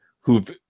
who've